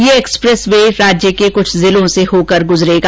ये expressway राज्य के कुछ जिलों से होकर गुजरेगा